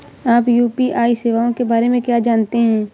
आप यू.पी.आई सेवाओं के बारे में क्या जानते हैं?